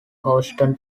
houston